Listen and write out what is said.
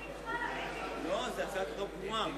זאת הצעת חוק פגומה.